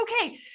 okay